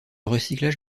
recyclage